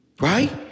right